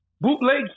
bootleg